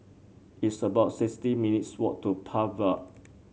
it's about sixty minutes' walk to Park Vale